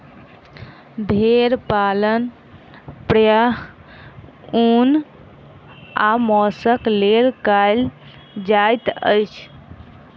भेड़ पालन प्रायः ऊन आ मौंसक लेल कयल जाइत अछि